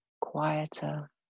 quieter